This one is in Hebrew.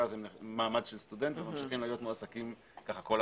ואז הם במעמד של סטודנט והם ממשיכים להיות מועסקים כל החיים.